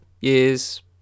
years